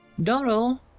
Doral